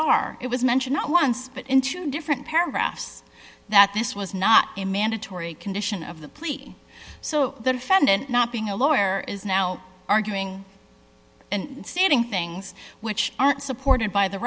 r it was mentioned not once but in two different paragraphs that this was not a mandatory condition of the plea so the defendant not being a lawyer is now arguing and sitting things which aren't supported by the